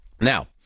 now